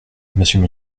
monsieur